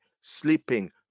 sleeping